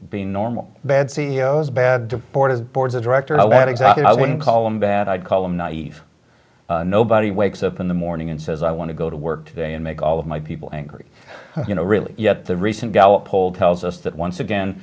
being normal bad c e o s bad the board of boards of directors at exactly i wouldn't call them bad i'd call them naive nobody wakes up in the morning and says i want to go to work today and make all of my people angry you know really yet the recent gallup poll tells us that once again